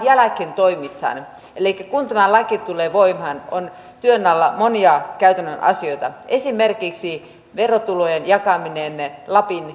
elikkä kun tämä laki tulee voimaan on työn alla monia käytännön asioita esimerkiksi verotulojen jakaminen lapin kunnille